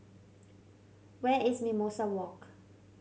where is Mimosa Walk